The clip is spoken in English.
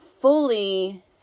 fully